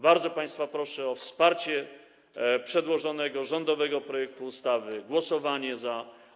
Bardzo państwa proszę o wsparcie przedłożonego rządowego projektu ustawy, o głosowanie za.